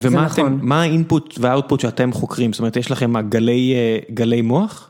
ומה האינפוט והאוטפוט שאתם חוקרים? זאת אומרת, יש לכם גלי מוח?